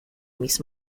miss